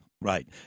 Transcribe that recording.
right